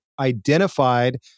identified